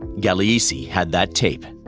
gagliese had that tape.